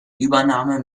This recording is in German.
übernahme